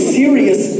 serious